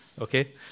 okay